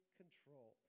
control